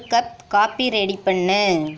ஒரு cup coffee ready பண்ணு